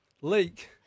Leak